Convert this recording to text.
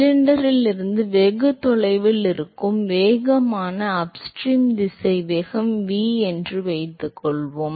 சிலிண்டரிலிருந்து வெகு தொலைவில் இருக்கும் வேகமான அப்ஸ்ட்ரீம் திசைவேகம் V என்று வைத்துக்கொள்வோம்